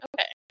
Okay